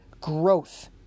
growth